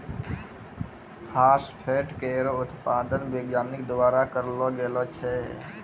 phosphate केरो उत्पादन वैज्ञानिक द्वारा करलो गेलो छै